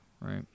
Right